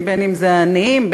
בין שזה עניים,